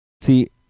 See